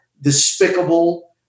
despicable